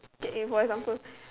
k eh for example